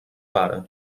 pare